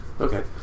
Okay